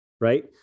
right